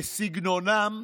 בסגנונם,